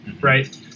right